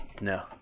No